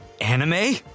Anime